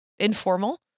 informal